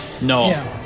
No